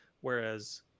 whereas